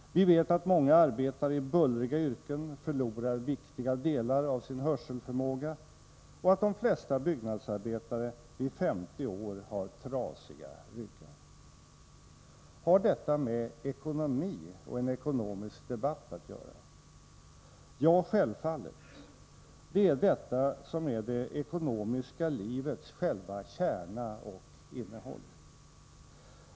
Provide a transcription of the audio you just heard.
Vi vet att många arbetare i bullriga yrken förlorar viktiga delar av sin hörselförmåga och att de flesta byggnadsarbetare vid 50 år har trasiga ryggar. Har detta med ekonomi och en ekonomisk debatt att göra? Ja, självfallet. Det är detta som är det ekonomiska livets själva kärna och innehåll.